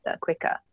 quicker